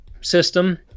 system